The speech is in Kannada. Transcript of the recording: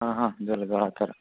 ಹಾಂ ಹಾಂ ಆ ಥರ